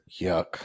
Yuck